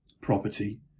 property